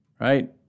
right